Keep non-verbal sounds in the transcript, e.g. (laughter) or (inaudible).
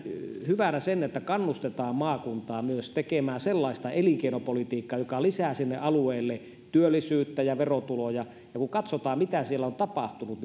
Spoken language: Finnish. hyvänä sen että kannustetaan maakuntaa myös tekemään sellaista elinkeinopolitiikkaa joka lisää niille alueille työllisyyttä ja verotuloja kun katsotaan mitä siellä on tapahtunut (unintelligible)